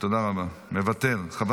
תודה רבה, מוותר.